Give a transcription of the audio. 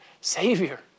Savior